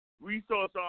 resource